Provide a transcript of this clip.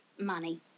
money